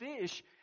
fish